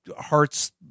Hearts